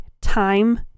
time